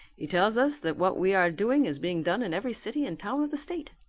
he tells us that what we are doing is being done in every city and town of the state.